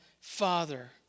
Father